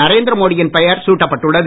நரேந்திர மோடியின் பெயர் சூட்டப்பட்டுள்ளது